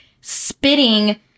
spitting